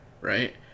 right